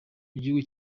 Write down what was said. mugihugu